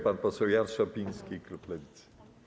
Pan poseł Jan Szopiński, klub Lewicy.